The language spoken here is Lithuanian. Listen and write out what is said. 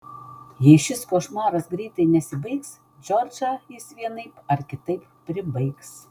jei šis košmaras greitai nesibaigs džordžą jis vienaip ar kitaip pribaigs